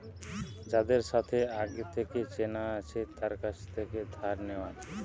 যাদের সাথে আগে থেকে চেনা আছে তার কাছ থেকে ধার নেওয়া